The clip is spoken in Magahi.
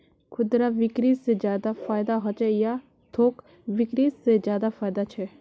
खुदरा बिक्री से ज्यादा फायदा होचे या थोक बिक्री से ज्यादा फायदा छे?